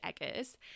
Eggers